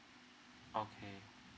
okay